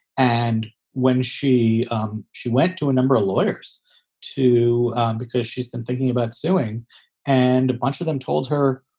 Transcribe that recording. and when she um she went to a number of lawyers to because she's been thinking about suing and a bunch of them told her.